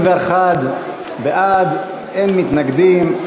41 בעד, אין מתנגדים.